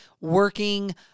working